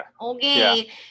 okay